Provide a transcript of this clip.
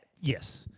Yes